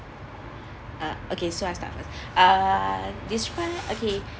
uh okay so I start first err this one okay